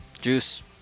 Juice